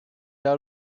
out